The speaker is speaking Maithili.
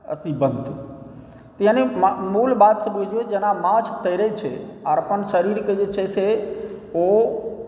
अथी बनतै यानि मूल बातसँ बुझिऔ जेना माछ तैरै छै आर अपन शरीरके जे छै से ओ